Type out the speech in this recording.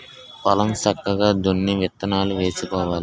పొలం సక్కగా దున్ని విత్తనాలు వేసుకోవాలి